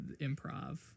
improv